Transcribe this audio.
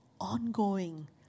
ongoing